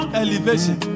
elevation